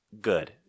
good